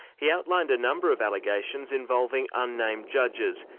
he outlined a number of allegations involving unnamed judges,